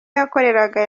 yakoreraga